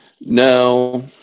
No